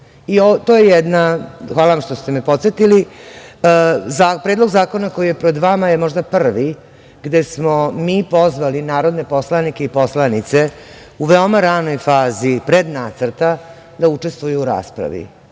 zakona. Hvala vam što ste me podsetili. Predlog zakona koji je pred vama je možda prvi, gde smo mi pozvali narodne poslanike i poslanice u veoma ranoj fazi prednacrta da učestvuju u raspravi.